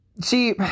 See